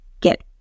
get